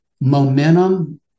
momentum